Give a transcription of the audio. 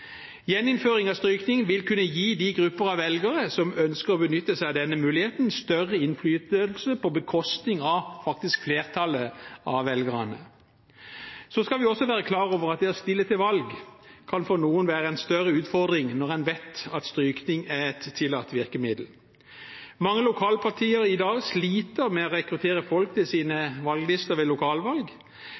Gjeninnføring av strykning vil kunne gi de grupper av velgere som ønsker å benytte seg av denne muligheten, større innflytelse på bekostning av det faktiske flertallet av velgerne. Så skal vi også være klar over at det å stille til valg for noen kan være en større utfordring når en vet at strykning er et tillatt virkemiddel. Mange lokalpartier sliter i dag med å rekruttere folk til sine valglister ved lokalvalg,